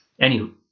Anywho